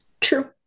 True